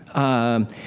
um,